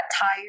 tired